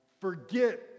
forget